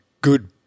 good